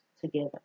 together